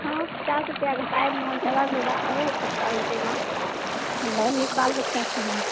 हँ पचास रुपैया घटा देबहुँ जादासँ जादा आओरो कते घटेबनि हमरो हुनी बाल बच्चा छऽ ने